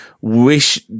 wish